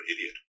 idiot